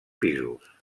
pisos